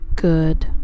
good